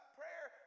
prayer